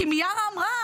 כי מיארה אמרה